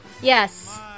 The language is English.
Yes